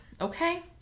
okay